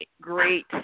great